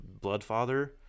Bloodfather